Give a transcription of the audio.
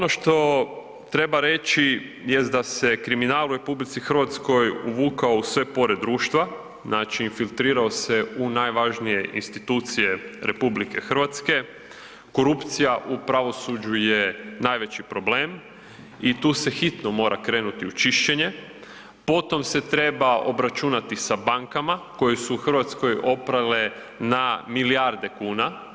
Ono što treba reći jest da se kriminal u RH uvukao u sve pore društva, infiltrirao se u najvažnije institucije RH, korupcija u pravosuđu je najveći problem i tu se hitno mora krenuti u čišćenje, potom se treba obračunati sa bankama koje su u Hrvatskoj oprale na milijarde kuna.